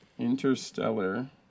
interstellar